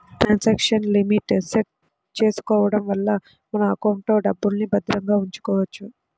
transaction limit set చేసుకోడం వల్ల మన ఎకౌంట్లో డబ్బుల్ని భద్రంగా ఉంచుకోవచ్చు